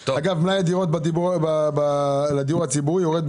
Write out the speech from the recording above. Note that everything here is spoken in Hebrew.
אגב, כל שנה יורד מלאי הדירות לדיור הציבורי.